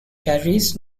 carries